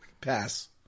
Pass